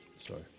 Sorry